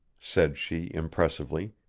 said she impressively,